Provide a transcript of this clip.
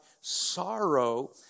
sorrow